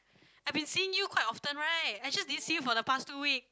I've been seeing you quite often right I just didn't see you for the past two week